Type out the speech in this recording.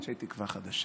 אנשי תקווה חדשה,